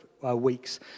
weeks